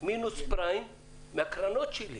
מינוס פריים מהקרנות שלי.